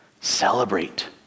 Celebrate